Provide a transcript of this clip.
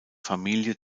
familie